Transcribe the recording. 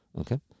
Okay